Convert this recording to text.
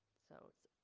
so in